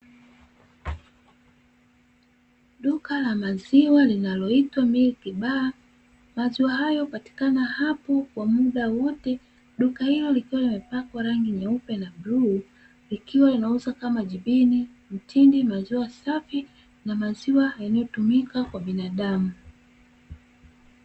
Duka la maziwa linaloitwa "milk baa", maziwa hayo hupatikana kwa muda wote, duka hilo linapakwa rangi nyeupe na bluu, ikiwa inauzwa kama gibini, mtindi, maziwa safi na maziwa yanayotumika kwa binadamu.